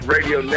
Radio